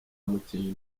mukinnyi